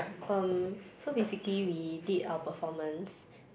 um so basically we did our performance